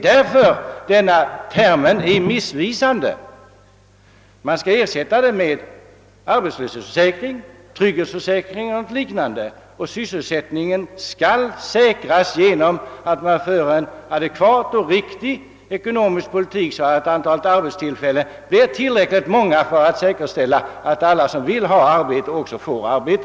Därför är denna term missvisande. Man skall ersätta den med arbetslöshetsförsäkring, trygghetsförsäkring eller något liknande, och sysselsättningen skall säkras genom att man för en adekvat och riktig ekonomisk politik, så att antalet arbetstillfällen blir tillräckligt stort för att säkerställa att alla som vill ha arbete också får arbete.